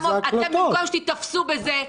במקום שתיתפסו בזה,